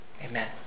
Amen